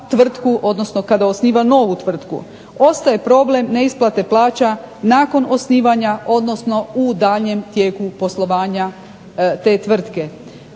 trenutku kada osniva novu tvrtku. Ostaje problem neisplate plaća nakon osnivanja odnosno u daljnjem tijeku poslovanja te tvrtke.